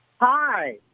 Hi